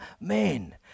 men